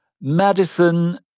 Madison